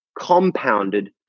compounded